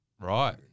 Right